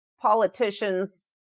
politicians